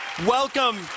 Welcome